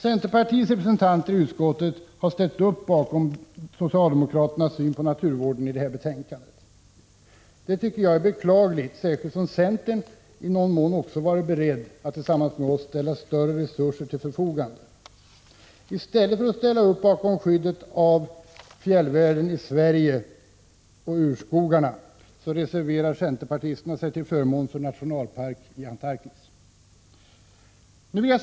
Centerpartiets representanter i utskottet har ställt upp bakom socialdemokraternas syn på naturvården i det här betänkandet. Det tycker jag är beklagligt, särskilt som centern i någon mån också varit beredd att tillsammans med oss ställa större resurser till förfogande. I stället för att stödja skyddet av fjällvärlden i Sverige och skyddet av urskogarna reserverar sig centerpartisterna till förmån för en nationalpark i Antarktis.